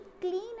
clean